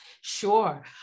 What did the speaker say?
Sure